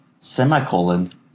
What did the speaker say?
semicolon